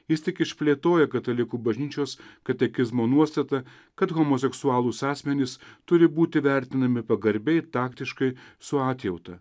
jis tik išplėtoja katalikų bažnyčios katekizmo nuostatą kad homoseksualūs asmenys turi būti vertinami pagarbiai taktiškai su atjauta